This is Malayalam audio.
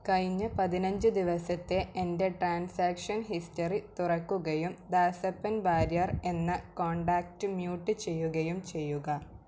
കഴിഞ്ഞ പതിനഞ്ച് ദിവസത്തെ എൻ്റെ ട്രാൻസാക്ഷൻ ഹിസ്റ്ററി തുറക്കുകയും ദാസപ്പൻ വാര്യർ എന്ന കോൺടാക്റ്റ് മ്യൂട്ട് ചെയ്യുകയും ചെയ്യുക